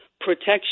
protection